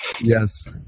Yes